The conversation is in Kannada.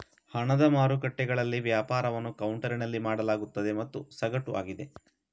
ಹಣದ ಮಾರುಕಟ್ಟೆಗಳಲ್ಲಿ ವ್ಯಾಪಾರವನ್ನು ಕೌಂಟರಿನಲ್ಲಿ ಮಾಡಲಾಗುತ್ತದೆ ಮತ್ತು ಸಗಟು ಆಗಿದೆ